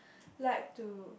like to